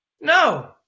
No